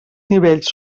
nivells